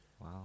Wow